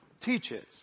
teaches